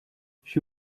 she